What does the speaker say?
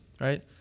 Right